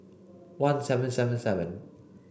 one seven seven seven